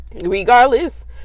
Regardless